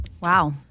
Wow